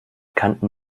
kanten